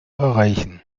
erreichen